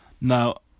Now